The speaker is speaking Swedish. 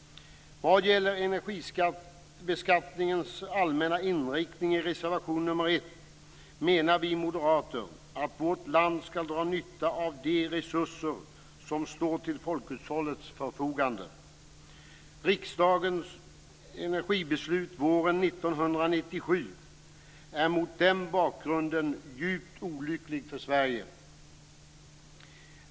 Vad gäller reservation nr 1 om energibeskattningens allmänna inriktning menar vi moderater att vårt land skall dra nytta av de resurser som står till folkhushållets förfogande. Riksdagens energibeslut våren 1997 är mot den bakgrunden djupt olyckligt för Sverige.